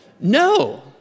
no